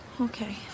Okay